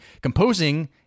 composing